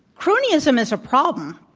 cronyism is a problem,